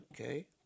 Okay